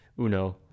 UNO